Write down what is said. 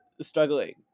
struggling